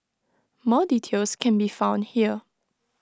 more details can be found here